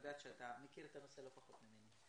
אני יודעת שאתה מכיר את הנושא לפחות ממני.